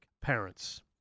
parents